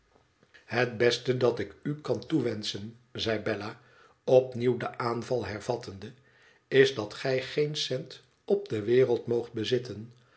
het beste dat ik u kan toewenschen zei bella opnieuw den aanval hervattende lis dat gij geen cent op de wereld moogt bezitten